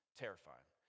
terrifying